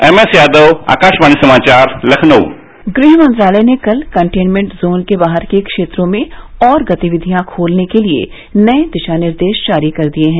M S Yadav Akashvani समाचार लखनऊ गृह मंत्रालय ने कल कंटेनमेंट जोन के बाहर के क्षेत्रों में और गतिविधियां खोलने के लिए नए दिशानिर्देश जारी कर दिए हैं